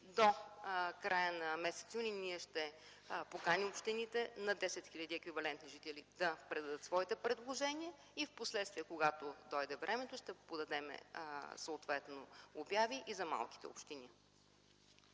До края на м. юли ние ще поканим общините над 10 000 еквивалент жители да предадат своите предложения и впоследствие, когато дойде времето, ще подадем съответно обяви и за малките общини.